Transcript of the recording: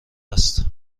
است